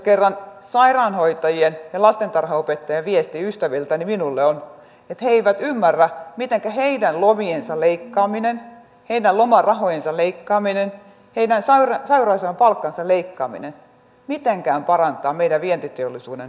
sairaanhoitajien ja lastentarhanopettajien viesti ystäviltäni minulle on että he eivät ymmärrä mitenkä heidän lomiensa leikkaaminen heidän lomarahojensa leikkaaminen heidän sairausajan palkkansa leikkaaminen mitenkään parantaa meidän vientiteollisuuden tilannetta